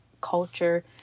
culture